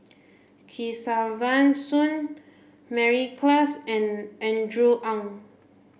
Kesavan Soon Mary Klass and Andrew Ang